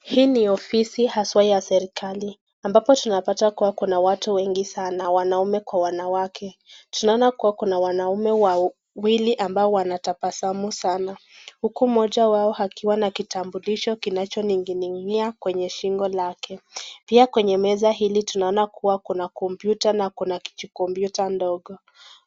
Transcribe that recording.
Hii ni ofisi haswa ya serekali. Ambapo tunapata kuwa kuna watu wengi sana, wanaume kwa wanawake. Tunaona kuwa kuna wanaume wakwili ambao wanatabasamu sana. Uku moja wao akiwa na kitambulisho kinacho ningininia kwenye shingo lake. Pia kwenye meza hili tunaona kuwa kuna kompyuta na kuna kijikompyuta ndogo.